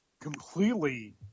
completely